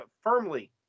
firmly